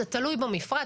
זה תלוי במפרט.